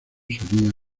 solía